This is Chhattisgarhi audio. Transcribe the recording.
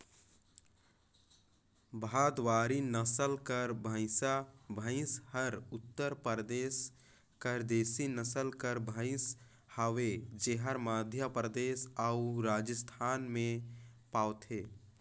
भदवारी नसल कर भंइसा भंइस हर उत्तर परदेस कर देसी नसल कर भंइस हवे जेहर मध्यपरदेस अउ राजिस्थान में पवाथे